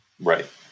Right